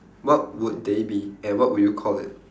what would they be and what would you call it